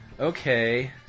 okay